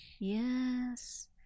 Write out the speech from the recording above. Yes